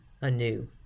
anew